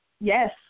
Yes